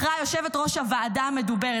בחרה יושבת-ראש הוועדה המדוברת,